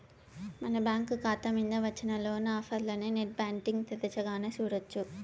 మన బ్యాంకు కాతా మింద వచ్చిన లోను ఆఫర్లనీ నెట్ బ్యాంటింగ్ తెరచగానే సూడొచ్చు